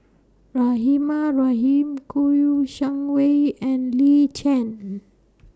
Rahimah Rahim Kouo Shang Wei and Lin Chen